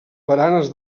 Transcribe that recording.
baranes